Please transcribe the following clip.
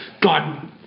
God